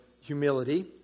humility